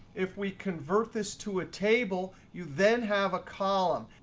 if we convert this to a table, you then have a column.